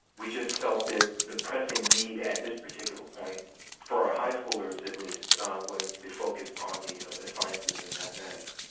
we just felt that the pressing need at this particular point for our high schoolers at least was to focus on the ah sciences and mathematics.